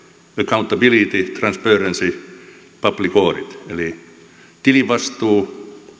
accountability transparency public audit eli tilivastuu